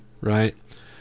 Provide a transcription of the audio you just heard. right